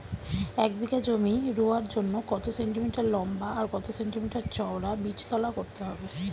এক বিঘা জমি রোয়ার জন্য কত সেন্টিমিটার লম্বা আর কত সেন্টিমিটার চওড়া বীজতলা করতে হবে?